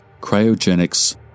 Cryogenics